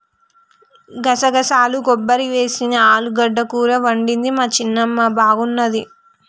గసగసాలు కొబ్బరి వేసి చేసిన ఆలుగడ్డ కూర వండింది మా చిన్నమ్మ బాగున్నది